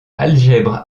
algèbre